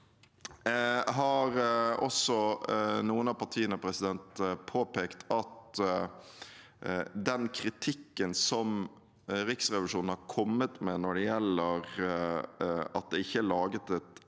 en fordel. Noen av partiene har også påpekt at den kritikken som Riksrevisjonen har kommet med når det gjelder at det ikke er laget en